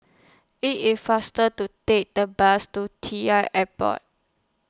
IT IS faster to Take The Bus to T L Airport